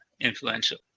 influential